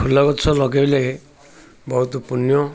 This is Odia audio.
ଫୁଲ ଗଛ ଲଗାଇଲେ ବହୁତ ପୂଣ୍ୟ